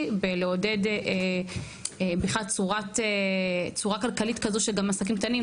בלעודד בכלל צורה כלכלית כזו שגם עסקים קטנים,